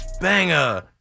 banger